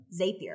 Zapier